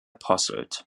posselt